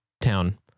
town